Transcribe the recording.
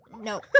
No